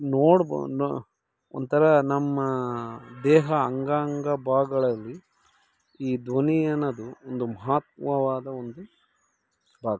ನೋಡ್ಬನ ಒಂಥರ ನಮ್ಮ ದೇಹ ಅಂಗಾಂಗ ಭಾಗಗಳಲ್ಲಿ ಈ ಧ್ವನಿ ಅನ್ನೋದು ಒಂದು ಮಹತ್ವವಾದ ಒಂದು ಭಾಗ